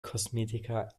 kosmetika